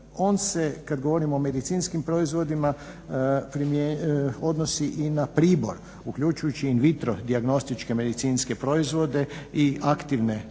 On se, kad govorimo o medicinskim proizvodima, odnosi i na pribor, uključuju in vitro dijagnostičke medicinske proizvode i aktivne medicinske